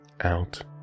out